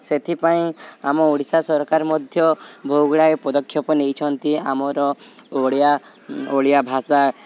ସେଥିପାଇଁ ଆମ ଓଡ଼ିଶା ସରକାର ମଧ୍ୟ ବହୁ ଗୁଡ଼ାଏ ପଦକ୍ଷେପ ନେଇଛନ୍ତି ଆମର ଓଡ଼ିଆ ଓଡ଼ିଆ ଭାଷା